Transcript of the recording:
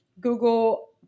Google